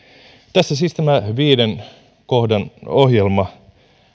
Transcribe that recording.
tässä siis tämä viiden kohdan ohjelma